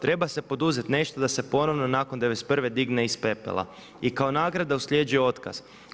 Treba se poduzeti nešto da se ponovno nakon '91. digne iz pepela i kao nagrada usljeđuje otkaz.